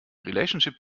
relationship